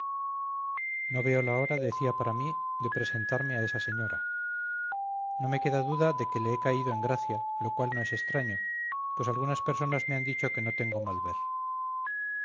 no veo la hora decía para mí de presentarme a esa señora no me queda duda de que le he caído en gracia lo cual no es extraño pues algunas personas me han dicho que no tengo mal ver